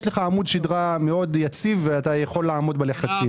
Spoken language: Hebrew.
יש לך עמוד שדרה יציב מאוד ואתה יכול לעמוד בלחצים.